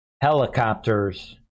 helicopters